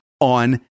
on